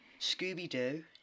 Scooby-Doo